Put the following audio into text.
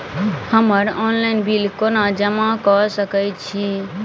हम्मर online bill कोना जमा कऽ सकय छी?